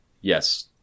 yes